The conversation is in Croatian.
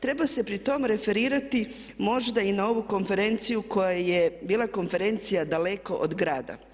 Treba se pri tom referirati možda i na ovu konferenciju koja je bila konferencija daleko od grada